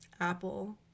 Apple